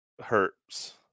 hurts